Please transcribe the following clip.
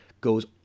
goes